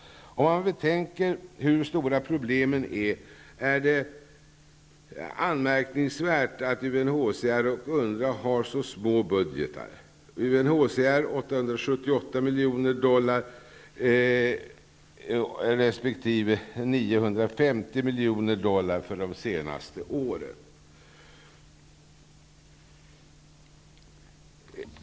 Om man betänker hur stora problemen är, är det anmärkningsvärt att UNHCR och UNRWA har så små budgetar. UNHCR har fått 878 miljoner dollar resp. 950 miljoner dollar för de senaste åren.